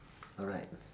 alright